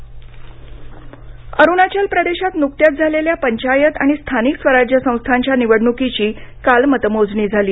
अरुणाचल निवडणूक अरुणाचल प्रदेशात नुकत्याच झालेल्या पंचायत आणि स्थानिक स्वराज्य संस्थांच्या निवडणुकीची काल मतमोजणी झाली